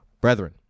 brethren